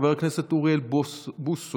חבר הכנסת אוריאל בוסו,